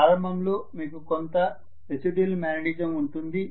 ప్రారంభంలో మీకు కొంత రెసిడ్యుయల్ మాగ్నెటిజం ఉంటుంది